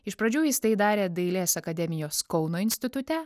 iš pradžių jis tai darė dailės akademijos kauno institute